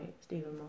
Stephen